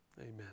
Amen